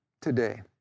today